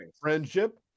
friendship